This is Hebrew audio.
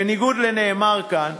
בניגוד לנאמר כאן,